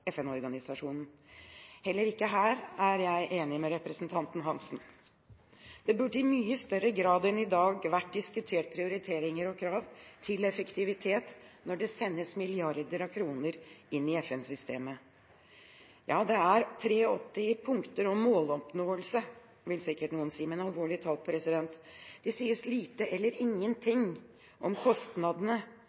Heller ikke her er jeg enig med representanten Svein Roald Hansen. Det burde i mye større grad enn i dag vært diskutert prioriteringer og krav til effektivitet når det sendes milliarder av kroner inn i FN-systemet. Noen vil sikkert si at ja, det er 83 punkter om måloppnåelse, men alvorlig talt: Det sies lite eller ingenting om kostnadene